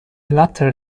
latter